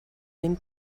ben